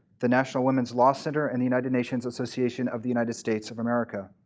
the national women's law center, and the united nations association of the united states of america.